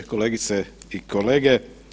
Kolegice i kolege.